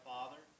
Father